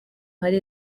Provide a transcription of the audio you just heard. hari